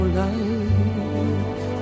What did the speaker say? life